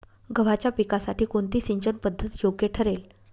गव्हाच्या पिकासाठी कोणती सिंचन पद्धत योग्य ठरेल?